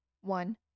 one